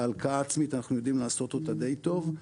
אבל את ההלקאה העצמית אנחנו יודעים לעשות די טוב.